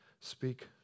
speak